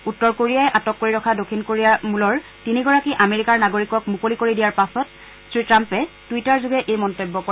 উত্তৰ কোৰিয়াই আটক কৰি ৰখা দক্ষিণ কোৰিয়াৰ মূলৰ তিনিগৰাকী আমেৰিকাৰ নাগৰিকক মূকলি কৰি দিয়াৰ পাছত শ্ৰীট্ৰাম্পে টুইটাৰযোগে এই মন্তব্য কৰে